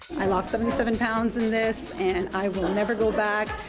i lost seventy seven pounds in this, and i will never go back.